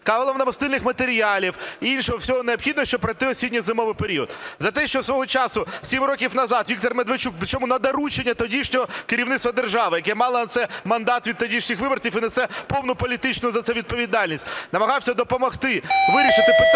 паливно-мастильних матеріалів і іншого всього необхідного, щоб пройти осінньо-зимовий період? За те, що свого часу, 7 років назад, Віктор Медведчук, при чому на доручення тодішнього керівництва держави, яке мало на це мандат від тодішніх виборців і несе повну політичну за це відповідальність, намагався допомогти вирішити питання